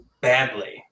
badly